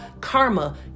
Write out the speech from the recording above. karma